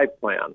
plan